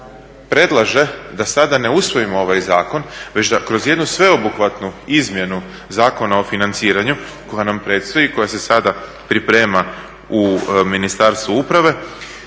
da sada ne usvojimo ovaj zakon već da kroz jednu sveobuhvatnu izmjenu Zakona o financiranju koja nam predstoji i koja se sada priprema u Ministarstvu uprave